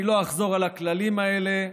אני לא אחזור על הכללים האלה.